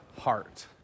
heart